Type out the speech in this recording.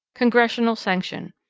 congressional sanction.